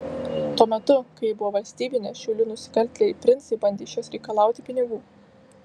tuo metu kai ji buvo valstybinė šiaulių nusikaltėliai princai bandė iš jos reikalauti pinigų